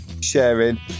sharing